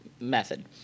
method